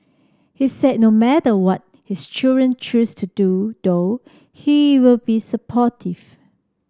he said no matter what his children choose to do though he will be supportive